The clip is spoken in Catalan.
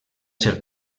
ser